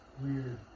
weird